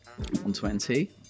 120